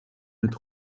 mit